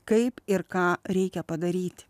kaip ir ką reikia padaryti